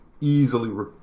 easily